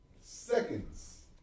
Seconds